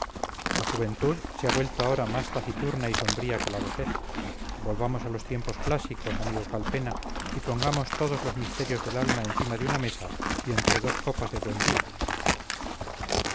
la juventud se ha vuelto ahora más taciturna y sombría que la vejez volvamos a los tiempos clásicos amigo calpena y pongamos todos los misterios del alma encima de una mesa y entre dos copas de buen vino